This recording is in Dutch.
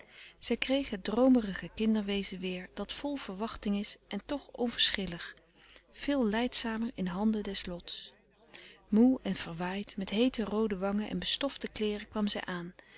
zij kreeg het droomige kinderwezen weer dat vol verwachting is en toch onverschillig veel lijdzamer in handen des lots moe en verwaaid met heete roode wangen en bestofte kleeren kwam zij aan